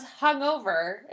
hungover